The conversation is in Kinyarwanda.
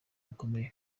bukomeye